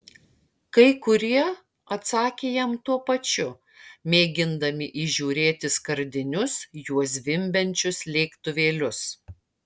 kai kurie atsakė jam tuo pačiu mėgindami įžiūrėti skardinius juo zvimbiančius lėktuvėlius